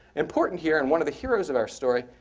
important here, and one of the heroes of our story,